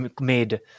made